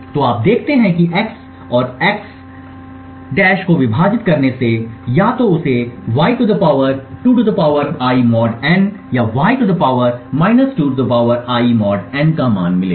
तो आप देखते हैं कि x और x को विभाजित करने से या तो उसे y 2 I mod n या y 2 I mod n का मान मिलेगा